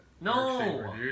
No